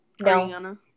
No